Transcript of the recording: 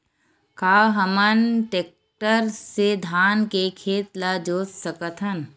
का हमन टेक्टर से धान के खेत ल जोत सकथन?